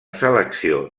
selecció